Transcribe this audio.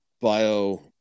bio